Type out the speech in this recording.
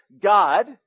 God